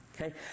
okay